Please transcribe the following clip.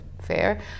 fair